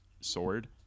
sword